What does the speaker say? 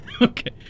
okay